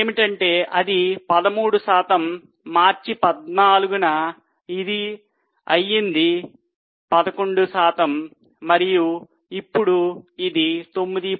ఏమిటంటే అది 13 శాతం మార్చి 14న ఇది అయింది 11 శాతం మరియు ఇప్పుడు అది 9